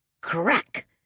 Crack